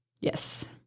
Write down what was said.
Yes